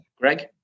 Greg